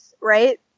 right